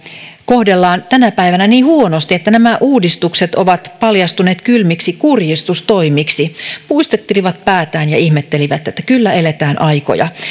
kohdellaan tänä päivänä niin huonosti että nämä uudistukset ovat paljastuneet kylmiksi kurjistustoimiksi he puistelivat päätään ja ihmettelivät että kyllä eletään aikoja